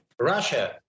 Russia